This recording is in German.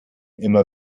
immer